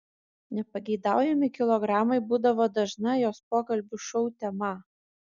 nepageidaujami kilogramai būdavo dažna jos pokalbių šou tema